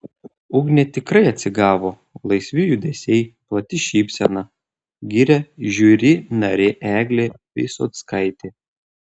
ugnė tikrai atsigavo laisvi judesiai plati šypsena giria žiuri narė eglė visockaitė